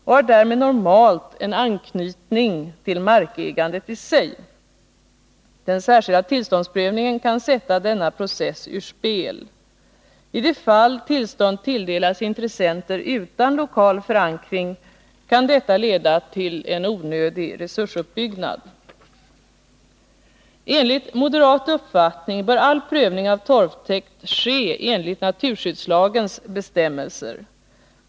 De har därmed normalt en anknytning till markägandet i sig. Den särskilda tillståndsprövningen kan sätta denna process ur spel. I de fall tillstånd tilldelas intressenter utan lokal förankring kan det leda till onödig resursuppbyggnad. Enligt moderat uppfattning bör all prövning av torvtäkt ske enligt naturskyddslagens bestämmelser.